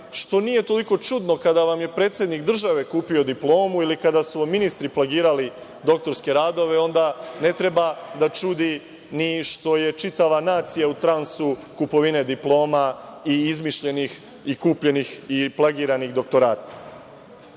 što nije toliko čudno kada vam je predsednik države kupio diplomu ili kada su vam ministri plagirali doktorske radove, onda ne treba da čudi ni što je čitava nacija u transu kupovine diploma i izmišljenih, kupljenih i plagiranih doktorata. Ovim